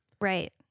Right